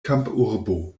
kampurbo